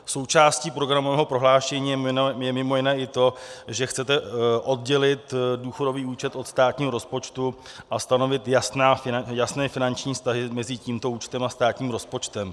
Součástí programového prohlášení je mimo jiné i to, že chcete oddělit důchodový účet od státního rozpočtu a stanovit jasné finanční vztahy mezi tímto účtem a státním rozpočtem.